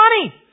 money